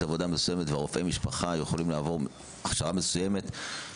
עבודה מסוימת ורופאי משפחה יכולים לעבור הכשרה מסוימת?